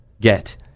get